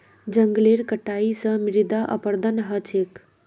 जंगलेर कटाई स मृदा अपरदन ह छेक